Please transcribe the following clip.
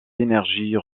énergies